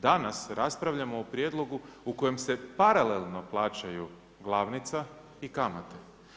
Danas raspravljamo o prijedlogu u kojem se paralelno plaćaju glavnica i kamate.